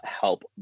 help